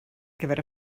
gyfer